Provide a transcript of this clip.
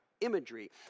imagery